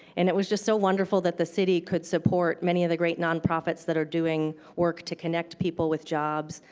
and it was just so wonderful that the city could support many of the great nonprofits that are doing work to connect people with jobs,